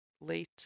late